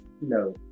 No